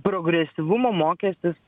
progresyvumo mokestis